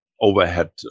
overhead